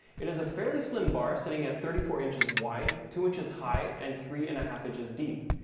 it is a fairly slim bar sitting at thirty four inches wide, two inches high and three and a half inches deep.